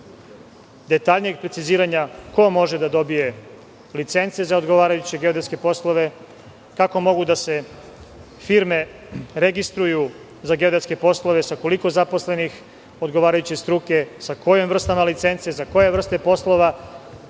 detaljnijeg preciziranja ko može da dobije licence za odgovarajuće geodetske poslove, kako mogu da se firme registruju za geodetske poslove, sa koliko zaposlenih odgovarajuće struke, sa kojim vrstama licence, za koje vrste poslova.